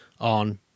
on